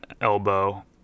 elbow